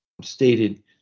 stated